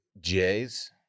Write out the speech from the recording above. Jay's